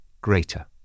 greater